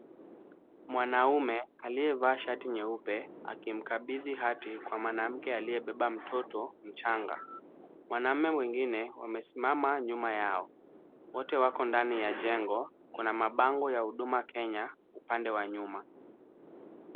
Mwanaume aliyevaa shati nyeupe akimkabidhi hati kwa mwanamke aliyebeba mtoto mchanga, wanaume wengine wamesimama nyuma yao, wote wako ndani ya jengo. Kuna mabango ya Huduma Kenya upande wa nyuma.